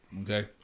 Okay